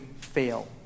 fail